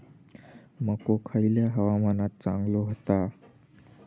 मको खयल्या हवामानात चांगलो होता?